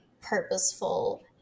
purposeful